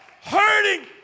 Hurting